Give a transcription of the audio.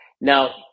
Now